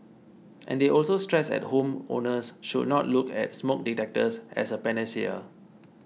and they also stressed that home owners should not look at smoke detectors as a panacea